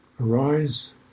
Arise